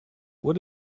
what